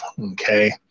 Okay